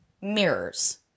mirrors